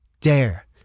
Dare